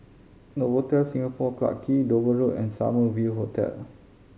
Novotel Singapore Clarke Quay Dover Road and Summer View Hotel